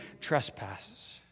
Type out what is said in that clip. trespasses